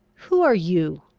who are you?